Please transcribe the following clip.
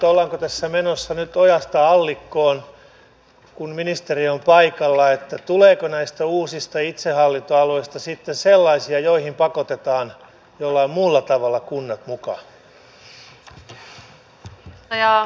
ollaanko tässä menossa nyt ojasta allikkoon kun ministeri on paikalla ja tuleeko näistä uusista itsehallintoalueista sitten sellaisia joihin pakotetaan jollain muulla tavalla kunnat mukaan